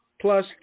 plus